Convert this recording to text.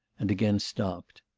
and again stopped.